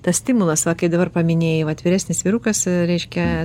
tas stimulas va kaip dabar paminėjai vat vyresnis vyrukas ryškia